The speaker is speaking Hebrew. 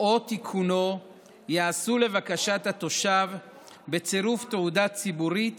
או תיקונו ייעשו לבקשת התושב בצירוף תעודה ציבורית